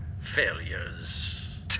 failures